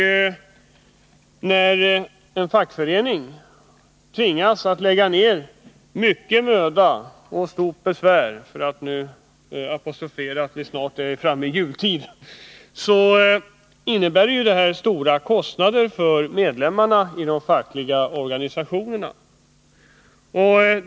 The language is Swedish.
När en fackförening tvingas lägga ned mycken möda och stort besvär, för att apostrofera att vi snart är framme i jultid, innebär det stora kostnader för medlemmarna i de fackliga organisationerna.